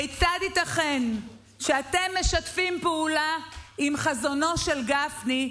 כיצד ייתכן שאתם משתפים פעולה עם חזונו של גפני,